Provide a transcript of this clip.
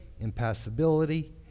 impassibility